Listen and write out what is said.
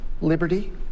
liberty